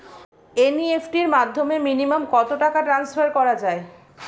NEFT র মাধ্যমে minimum কত টাকা টান্সফার করা যায়?